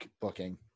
booking